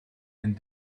and